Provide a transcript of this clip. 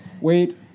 Wait